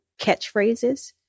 catchphrases